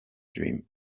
dream